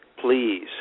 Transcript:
please